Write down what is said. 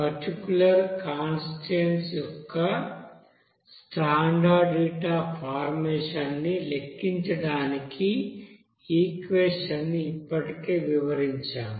particular constituents యొక్క standard heat of formation ని లెక్కించడానికి ఈక్వెషన్ని ఇప్పటికే వివరించాము